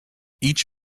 each